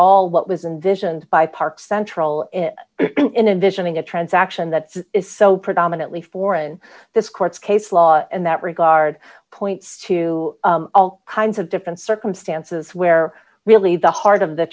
all what was in this and by park central in addition to the transaction that is so predominantly foreign this court case law in that regard points to all kinds of different circumstances where really the heart of the